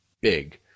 big